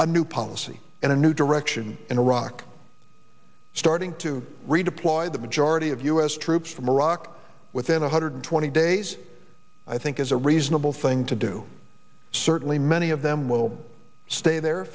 a new policy and a new direction in iraq starting to redeploy the majority of u s troops from iraq within one hundred twenty days i think is a reasonable thing to do certainly many of them will stay there